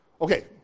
Okay